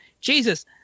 Jesus